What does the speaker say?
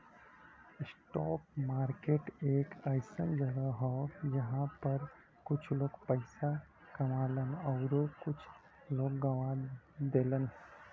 stock market एक अइसन जगह हौ जहां पर कुछ लोग पइसा कमालन आउर कुछ लोग गवा देलन